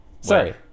Sorry